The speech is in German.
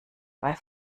bei